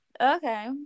Okay